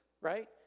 right